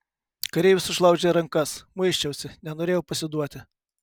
kareivis užlaužė rankas muisčiausi nenorėjau pasiduoti